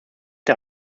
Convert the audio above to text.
der